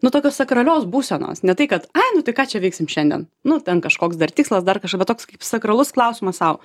nu tokios sakralios būsenos ne tai kad ai nu tai ką čia veiksim šiandien nu ten kažkoks dar tikslas dar kažką va toks kaip sakralus klausimas sau